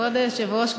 כבוד היושב-ראש,